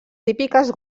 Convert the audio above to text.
típiques